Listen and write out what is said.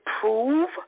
prove